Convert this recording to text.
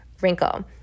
wrinkle